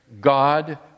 God